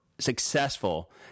successful